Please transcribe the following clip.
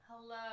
Hello